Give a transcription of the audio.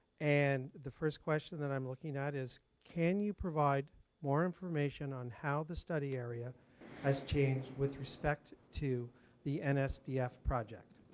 and the first question that i'm looking at is, can you provide more information on how the study area has changed with respect to the nsdf project?